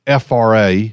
FRA